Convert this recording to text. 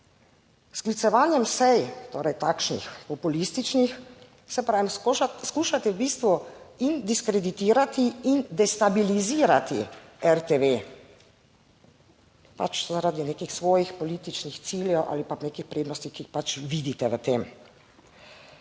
sklicevanjem sej, torej takšnih populističnih, saj pravim, skušate v bistvu in diskreditirati in destabilizirati RTV pač zaradi nekih svojih političnih ciljev ali pa nekih prednosti, ki jih pač vidite v tem.